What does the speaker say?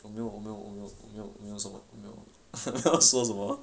我没有我没有我没有我没有什么 说什么